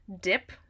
dip